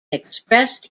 expressed